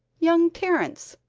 young terrence,